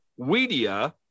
Weedia